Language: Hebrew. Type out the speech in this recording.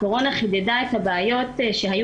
הקורונה חידדה את הבעיות שהיו